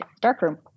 darkroom